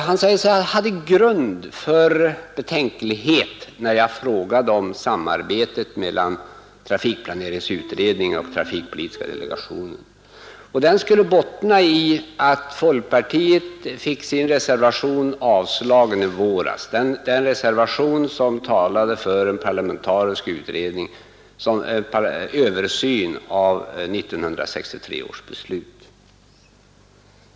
Han säger att han hade grund för betänklighet när jag frågade om samarbetet mellan trafikplaneringsutredningen och trafikpolitiska delegationen. Den betänkligheten skulle bottna i att folkpartiet fick sin reservation avslagen i våras, den reservation som talade för en parlamentarisk utredning som skulle göra en översyn av 1963 års trafikbeslut.